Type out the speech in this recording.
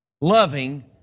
Loving